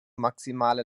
maximale